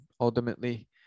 ultimately